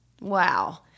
Wow